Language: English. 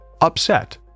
Upset